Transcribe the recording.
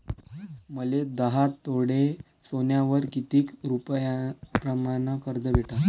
मले दहा तोळे सोन्यावर कितीक रुपया प्रमाण कर्ज भेटन?